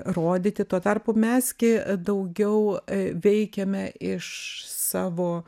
rodyti tuo tarpu mes gi daugiau veikiame iš savo